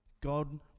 God